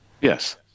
Yes